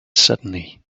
suddenly